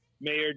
Mayor